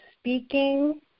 speaking